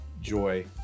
joy